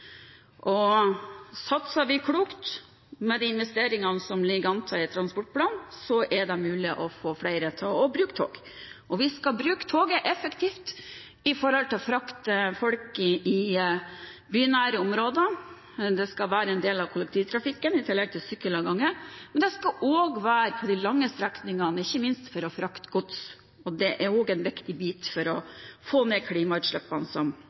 dag. Satser vi klokt, med de investeringene som det ligger an til i transportplanen, er det mulig å få flere til å bruke tog. Vi skal bruke toget effektivt til å frakte folk i bynære områder. Det skal være en del av kollektivtrafikken, i tillegg til sykkel og gange. Men det skal også benyttes på de lange strekningene, ikke minst for å frakte gods. Det er også en viktig ting for å få ned klimagassutslippene, som